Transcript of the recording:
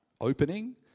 opening